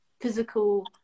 physical